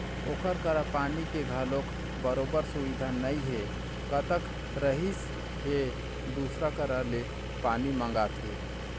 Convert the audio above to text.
ओखर करा पानी के घलोक बरोबर सुबिधा नइ हे कहत रिहिस हे दूसर करा ले पानी मांगथे